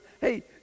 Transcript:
hey